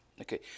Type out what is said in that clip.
Okay